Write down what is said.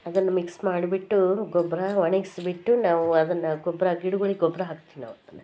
ಅದನ್ನು ಮಿಕ್ಸ್ ಮಾಡಿಬಿಟ್ಟು ಗೊಬ್ಬರ ಒಣಗಿಸ್ಬಿಟ್ಟು ನಾವು ಅದನ್ನು ಗೊಬ್ಬರ ಗಿಡಗಳಿಗೆ ಗೊಬ್ಬರ ಹಾಕ್ತೀವಿ ನಾವು ಅದನ್ನು